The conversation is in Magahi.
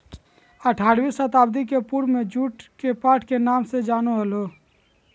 आठारहवीं शताब्दी के पूर्व में जुट के पाट के नाम से जानो हल्हो